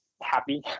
happy